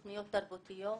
תוכניות תרבותיות.